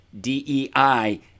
dei